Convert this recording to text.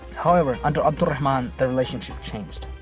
however, under abd al-rahman, the relationship changed.